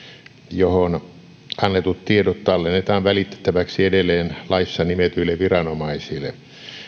johon annetut tiedot tallennetaan välitettäväksi edelleen laissa nimetyille viranomaisille